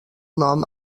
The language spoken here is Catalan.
nom